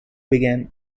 began